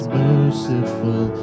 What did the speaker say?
merciful